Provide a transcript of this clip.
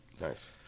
nice